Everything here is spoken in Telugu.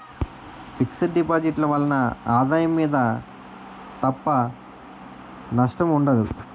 ఫిక్స్ డిపాజిట్ ల వలన ఆదాయం మీద తప్ప నష్టం ఉండదు